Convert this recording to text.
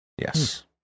Yes